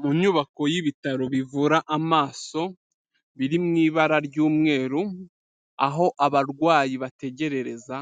Mu nyubako y'ibitaro bivura amaso, biri mu ibara ry'umweru aho abarwayi bategerereza,